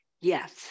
yes